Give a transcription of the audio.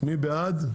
מי בעד?